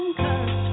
cause